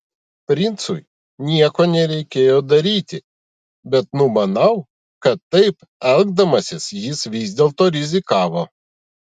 princui nieko nereikėjo daryti bet numanau kad taip elgdamasis jis vis dėlto rizikavo